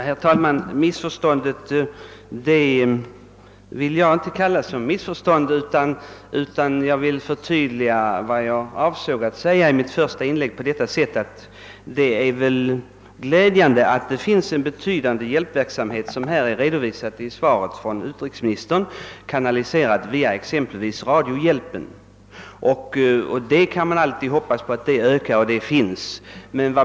Herr talman! Jag vill inte säga att det rör sig om ett missförstånd. Låt mig förtydliga vad jag avsåg att framhålla i mitt första inlägg genom att säga, att det är glädjande att det finns en betydande hjälpverksamhet — såsom redovisats i utrikesministerns svar — kanaliserad via exempelvis Radiohjälpen. Man kan ju alltid hysa förhoppningar om en ökning av denna hjälp.